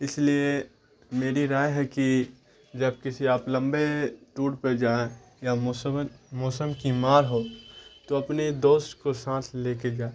اس لیے میری رائے ہے کہ جب کسی آپ لمبے ٹور پہ جائیں یا موسم موسم کی مار ہو تو اپنے دوست کو سانس لے کے جائیں